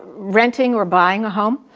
renting or buying a home?